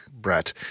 Brett